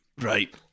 Right